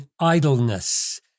idleness